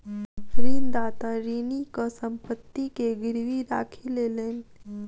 ऋणदाता ऋणीक संपत्ति के गीरवी राखी लेलैन